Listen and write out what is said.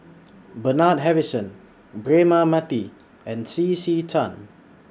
Bernard Harrison Braema Mathi and C C Tan